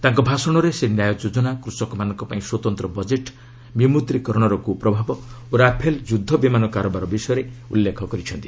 ତାଙ୍କ ଭାଷଣରେ ସେ ନ୍ୟାୟ ଯୋଜନା କୃଷକମାନଙ୍କ ପାଇଁ ସ୍ୱତନ୍ତ ବଜେଟ୍ ବିମୁଦ୍ରୀକରଣର କୁ ପ୍ରଭାବ ଓ ରାଫେଲ୍ ଯୁଦ୍ଧ ବିମାନ କାରବାର ବିଷୟରେ ଉଲ୍ଲେଖ କରିଛନ୍ତି